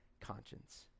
conscience